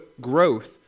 growth